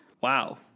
Wow